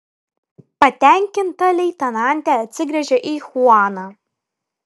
patenkinta leitenantė atsigręžė į chuaną